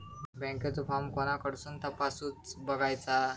बँकेचो फार्म कोणाकडसून तपासूच बगायचा?